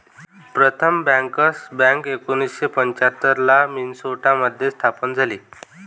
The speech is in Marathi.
प्रथम बँकर्सची बँक एकोणीसशे पंच्याहत्तर ला मिन्सोटा मध्ये स्थापन झाली